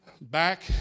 Back